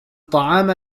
طعام